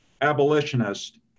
abolitionist